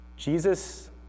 Jesus